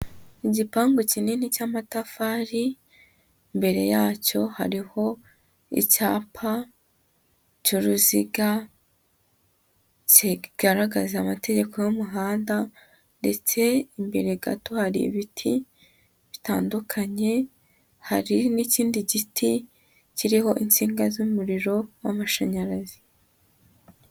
Igipangu kinini cy'amatafari, mbere yacyo hariho icyapa cy'uruziga, kigaragaz amategeko y'umuhanda, ndetse imbere gato hari ibiti bitandukanye, hari n'ikindi giti kiriho insinga z'umuriro w'amashanyarazi.